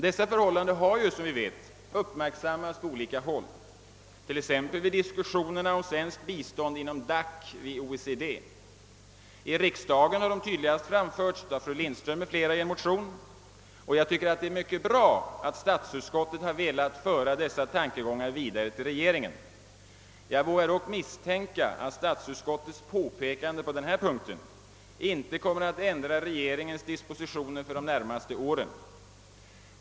Dessa förhållanden har, som vi vet, uppmärksammats på olika håll, t.ex. vid diskussionerna om svenskt bistånd inom DAC i OECD. I riksdagen har de tydligast framförts av fru Lindström m.fl. i en motion, och jag tycker att det är mycket bra att statsutskottet har velat föra dessa tankegångar vidare till regeringen. Jag vågar dock misstänka att statsutskottets påpekande på den punkten inte kommer att ändra regeringens dispositioner för de närmaste åren.